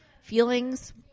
feelings